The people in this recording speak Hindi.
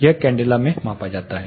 यह कैंडेला में मापा जाता है